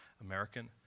American